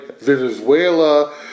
Venezuela